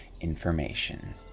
information